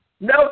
No